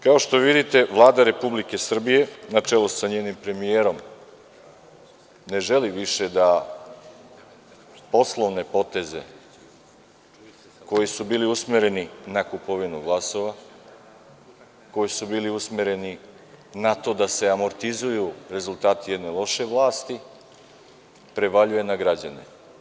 Kao što vidite, Vlada Republike Srbije, na čelu sa njenim premijerom, ne želi više da poslovne poteze koji su bili usmereni na kupovinu glasova, koji su bili usmereni na to da se amortizuju rezultati jedne loše vlasti, prevaljuje na građane.